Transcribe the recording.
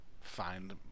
find